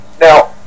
now